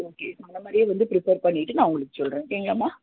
okay அந்தமாதிரியே வந்து prepare பண்ணிவிட்டு நான் உங்களுக்கு சொல்கிறேன் ஓகேங்களாம்மா